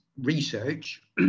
research